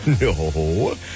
No